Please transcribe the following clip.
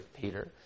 Peter